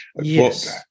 Yes